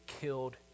killed